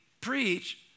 preach